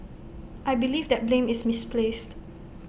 I believe that blame is misplaced